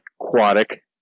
aquatic